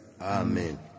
Amen